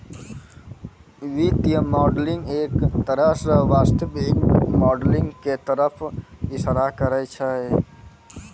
वित्तीय मॉडलिंग एक तरह स वास्तविक मॉडलिंग क तरफ इशारा करै छै